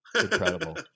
incredible